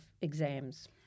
exams